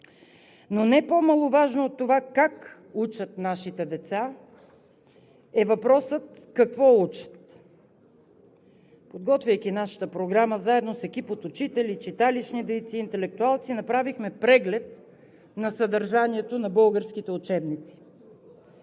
но не по-маловажно от това как учат нашите деца е въпросът какво учат? Подготвяйки нашата програма заедно с екип от учители, читалищни дейци, интелектуалци, направихме преглед на съдържанието на българските учебници.